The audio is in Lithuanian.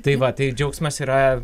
tai va tai džiaugsmas yra